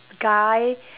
guy